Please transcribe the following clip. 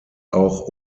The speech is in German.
auch